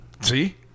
see